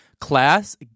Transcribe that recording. class